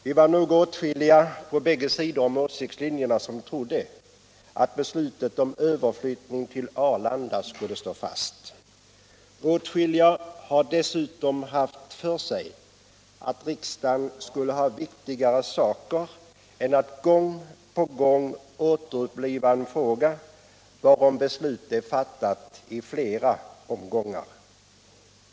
Det var nog åtskilliga på bägge sidor om åsiktslinjerna som trodde att beslutet om överflyttning till Arlanda skulle stå fast. Dessutom trodde många att riksdagen skulle ha viktigare uppgifter än att gång på gång återuppliva en fråga varom beslut är fattade i flera omgångar.